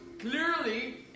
clearly